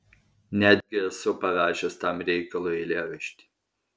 netgi esu parašęs tam reikalui eilėraštį